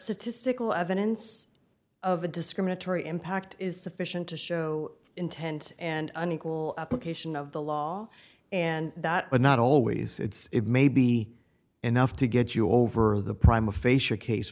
statistical evidence of a discriminatory impact is sufficient to show intent and unequal application of the law and that not always it may be enough to get you over the prime of face or case